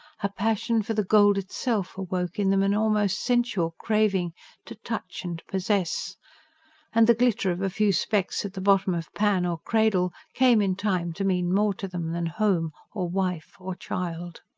a passion for the gold itself awoke in them an almost sensual craving to touch and possess and the glitter of a few specks at the bottom of pan or cradle came, in time, to mean more to them than home, or wife, or child.